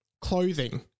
clothing